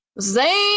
zane